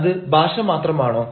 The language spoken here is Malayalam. അത് ഭാഷ മാത്രമാണോ